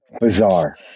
bizarre